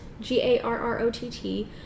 G-A-R-R-O-T-T